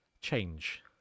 change